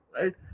right